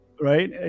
right